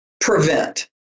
prevent